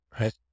right